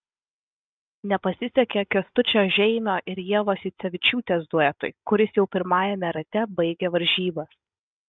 nepasisekė kęstučio žeimio ir ievos jucevičiūtės duetui kuris jau pirmajame rate baigė varžybas